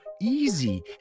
easy